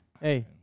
Hey